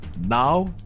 now